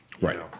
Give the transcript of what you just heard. right